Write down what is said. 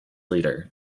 leader